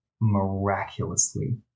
miraculously